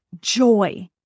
joy